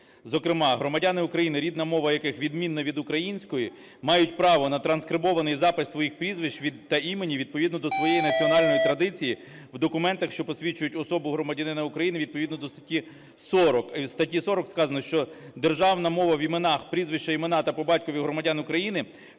зокрема, громадяни України, рідна мова яких відмінна від української, мають право на транскрибований запис своїх прізвищ та імені відповідно до своєї національної традиції в документах, що посвідчують особу громадянина України відповідно до статті 40. В статті 40 сказано, що державна мова в іменах, прізвища, іменах та по батькові громадян України